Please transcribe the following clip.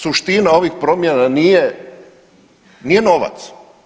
Suština ovih promjena nije novac.